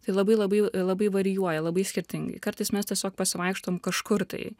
tai labai labai labai varijuoja labai skirtingai kartais mes tiesiog pasivaikštom kažkur tai